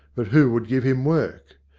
but who would give him work?